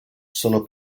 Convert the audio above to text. sono